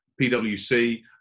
PwC